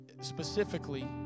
specifically